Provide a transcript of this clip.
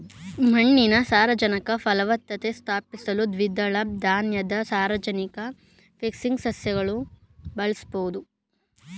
ಮಣ್ಣಿನ ಸಾರಜನಕ ಫಲವತ್ತತೆ ಸ್ಥಾಪಿಸಲು ದ್ವಿದಳ ಧಾನ್ಯದ ಸಾರಜನಕ ಫಿಕ್ಸಿಂಗ್ ಸಸ್ಯವನ್ನು ಬಳಸ್ಬೋದು